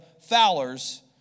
fowler's